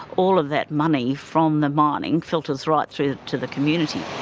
all of that money from the mining filters right through to the community.